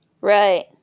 right